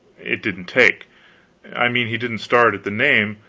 it didn't take i mean, he didn't start at the name,